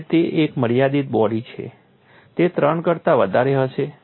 કારણ કે તે એક મર્યાદિત બોડી છે તે 3 કરતા વધારે હશે